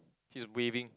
he's waving